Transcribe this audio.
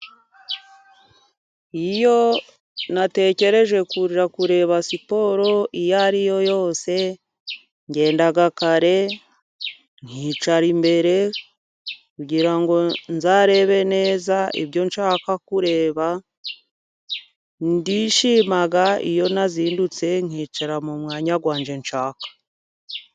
Iyo natekereje kujya kureba siporo iyo ari yo yose, ngenda kare nkicara imbere ngira ngo nzarebe neza ibyo nshaka kureba, ndishima iyo nazindutse nkicara mu mwanya wanjye nshaka.